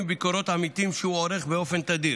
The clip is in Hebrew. וביקורות עמיתים שהוא עורך באופן תדיר.